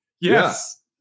Yes